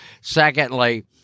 Secondly